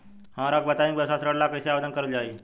हमरा बताई कि व्यवसाय ऋण ला कइसे आवेदन करल जाई?